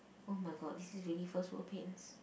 oh my god this is really first world pains